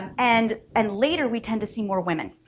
and and later we tend to see more women.